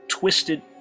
Twisted